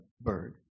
bird